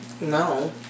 No